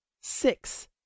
six